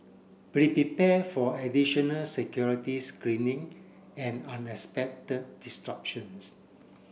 be prepared for additional security screening and unexpected disruptions